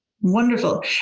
Wonderful